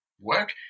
work